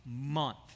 month